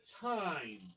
time